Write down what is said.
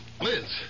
Liz